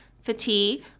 fatigue